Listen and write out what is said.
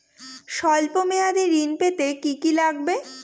সল্প মেয়াদী ঋণ পেতে কি কি লাগবে?